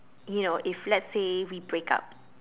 you know if let's say we break up